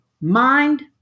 mind